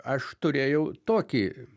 aš turėjau tokį